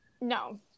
No